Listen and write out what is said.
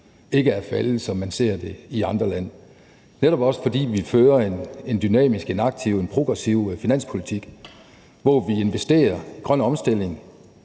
ikke er faldet, som man ser det i andre lande, netop også fordi vi fører en dynamisk, aktiv, progressiv finanspolitik, hvor vi investerer i grøn omstilling